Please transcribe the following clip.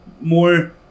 more